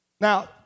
Now